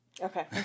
Okay